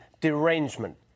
derangement